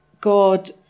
God